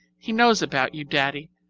he knows about you, daddy.